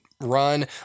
run